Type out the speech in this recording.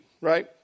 Right